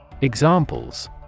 Examples